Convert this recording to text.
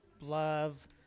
love